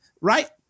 Right